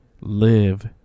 live